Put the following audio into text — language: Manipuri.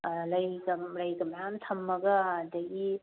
ꯂꯩꯒ ꯀꯔꯤꯒ ꯃꯌꯥꯝ ꯊꯝꯃꯒ ꯑꯗꯒꯤ